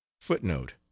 Footnote